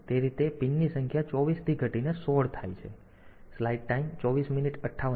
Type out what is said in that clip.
તેથી તે રીતે પિનની સંખ્યા 24 થી ઘટીને 16 થાય છે